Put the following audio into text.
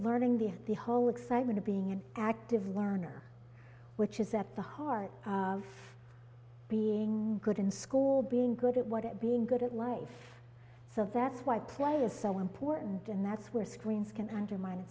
learning the the whole excitement of being an active learner which is at the heart of being good in school being good at what being good at life so that's why play is so important and that's where screens can undermin